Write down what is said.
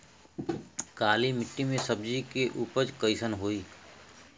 काली मिट्टी में सब्जी के उपज कइसन होई?